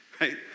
right